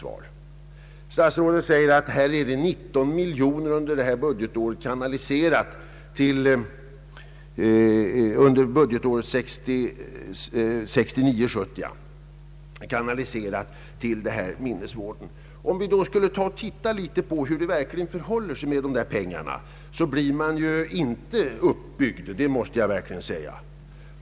Statsrådet säger att under budgetåret 1969/70 har ca 19 miljoner kronor kanaliserats till kulturminnesvården, men om man ser efter hur det verkligen förhåller sig med dessa pengar blir man inte särskilt uppbyggd.